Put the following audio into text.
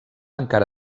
encara